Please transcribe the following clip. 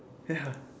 ya